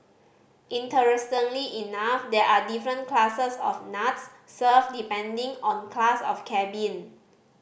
interestingly enough there are different classes of nuts served depending on class of cabin